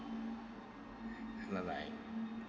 bye bye